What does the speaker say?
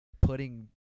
putting